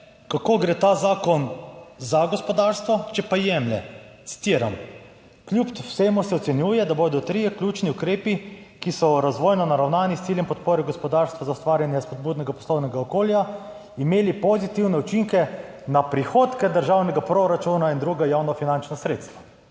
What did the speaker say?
kako gre ta zakon za gospodarstvo, če pa jemlje, citiram: "Kljub vsemu se ocenjuje, da bodo trije ključni ukrepi, ki so razvojno naravnani s ciljem podpore gospodarstva za ustvarjanje spodbudnega poslovnega okolja imeli pozitivne učinke na prihodke državnega proračuna in druga javnofinančna sredstva."